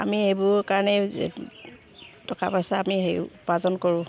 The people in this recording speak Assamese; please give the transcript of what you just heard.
আমি সেইবোৰ কাৰণে টকা পইচা আমি সেই উপাৰ্জন কৰোঁ